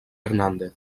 hernández